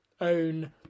own